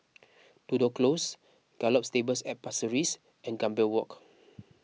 Tudor Close Gallop Stables at Pasir Ris and Gambir Walk